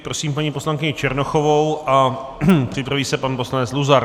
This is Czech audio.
Prosím paní poslankyni Černochovou a připraví se pan poslanec Luzar.